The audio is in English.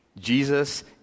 Jesus